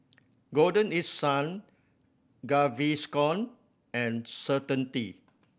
Golden East Sun Gaviscon and Certainty